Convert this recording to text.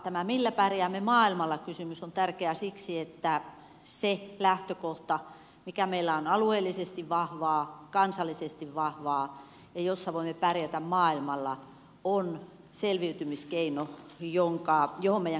tämä millä pärjäämme maailmalla kysymys on tärkeä siksi että se lähtökohta mikä meillä on alueellisesti vahvaa kansallisesti vahvaa ja missä voimme pärjätä maailmalla on selviytymiskeino johon meidän kannattaa panostaa